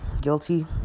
guilty